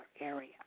area